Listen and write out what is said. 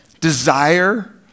desire